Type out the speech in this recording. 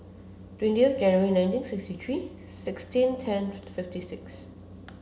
January nineteen sixty three sixteen ten twenty fifty six